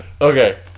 Okay